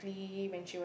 when she